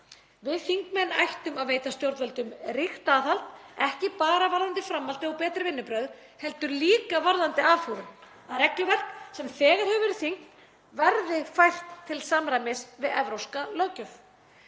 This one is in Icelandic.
Við þingmenn ættum að veita stjórnvöldum ríkt aðhald, ekki bara varðandi framhaldið og betri vinnubrögð heldur líka varðandi afhúðun, að regluverk sem þegar hefur verið þyngt verði fært til samræmis við evrópska löggjöf.